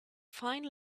fine